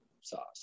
sauce